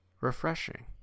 refreshing